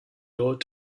ought